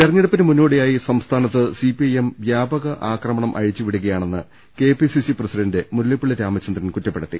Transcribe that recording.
തെരഞ്ഞെടുപ്പിന് മുന്നോടിയായി സംസ്ഥാനത്ത് സി പി ഐ എം വ്യാപക ആക്രമണം അഴിച്ചുവിടുകയാണെന്ന് K P C C president Mullappally Ramachandran കുറ്റപ്പെടുത്തി